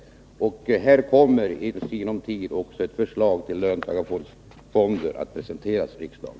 I sinom tid kommer också ett förslag till löntagarfonder att presenteras för riksdagen.